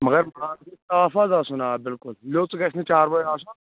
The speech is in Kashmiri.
مگر ماز گَژھِ صاف حظ آسُن آ بالکُل لیٚوژ گَژھنہٕ چاروٲے آسُن